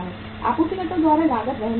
आपूर्तिकर्ता द्वारा लागत वहन की जा रही है